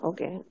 Okay